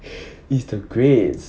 is the grades